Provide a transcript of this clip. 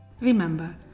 Remember